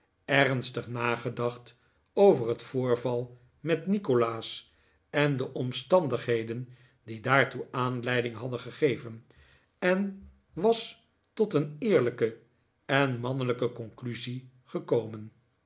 ernstig nagedacht over het vobrval met nikolaas en de omstandigheden die daartoe aanleiding hadden gegeven en was tot een eerlijke en mannelijke conclusie geden